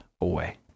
away